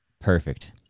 Perfect